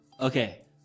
Okay